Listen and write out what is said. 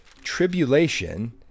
Tribulation